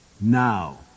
Now